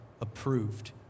approved